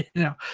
no,